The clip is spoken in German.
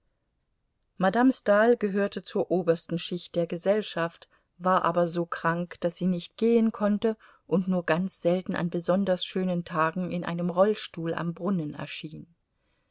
madame stahl gehörte zur obersten schicht der gesellschaft war aber so krank daß sie nicht gehen konnte und nur ganz selten an besonders schönen tagen in einem rollstuhl am brunnen erschien